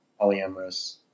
polyamorous